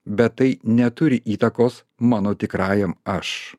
bet tai neturi įtakos mano tikrajam aš